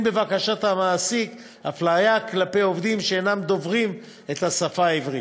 אין בבקשת המעסיק אפליה כלפי עובדים שאינם דוברים את השפה העברית.